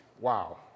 Wow